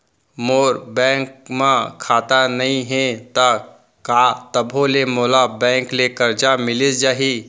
मोर bank म खाता नई हे त का तभो ले मोला बैंक ले करजा मिलिस जाही?